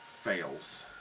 fails